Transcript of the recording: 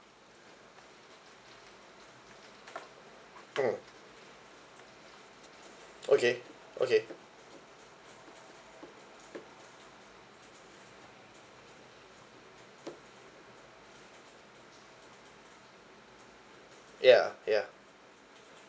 mm okay okay ya ya